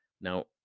Now